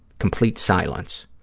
complete silence.